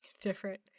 different